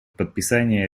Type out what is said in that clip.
подписание